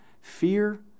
fear